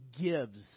gives